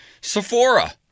Sephora